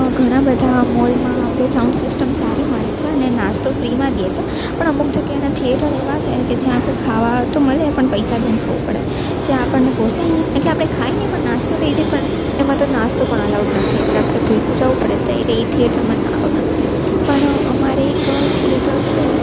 ઘણાં બધાં મોલમાં આપણે સાઉન્ડ સિસ્ટમ સારી મળે છે અને નાસ્તો ફ્રીમાં દે છે પણ અમુક જગ્યાના થિએટર એવા છે કે જ્યાં આપણે ખાવા તો મળે પણ પૈસા દઈને ખાવું પડે જ્યાં આપણને પોસાઈ નહીં એટલે આપણે ખાઈ નહીં પણ નાસ્તો લઈ જઈ પણ એમાં તો નાસ્તો પણ અલાઉડ નથી એટલે આપણે ભૂખ્યું જવું પડે ત્યારે એ થિએટર મને ન ગમે અમારે એક થિએટર છે